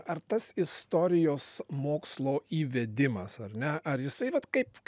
ar tas istorijos mokslo įvedimas ar ne ar jisai vat kaip kaip